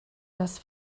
das